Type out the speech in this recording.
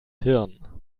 hirn